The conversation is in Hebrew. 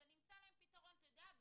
אז אני אמצא להם פתרון באופן